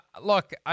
Look